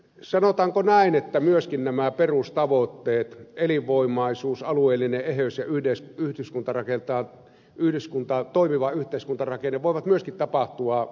sanotaanko näin että myöskin nämä perustavoitteet elinvoimaisuus alueellinen eheys ja toimiva yhdyskuntarakenne voivat myöskin toteutua vaiheittain